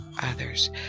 others